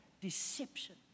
deception